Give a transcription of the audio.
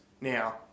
Now